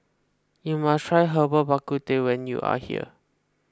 you must try Herbal Bak Ku Teh when you are here